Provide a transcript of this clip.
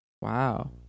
Wow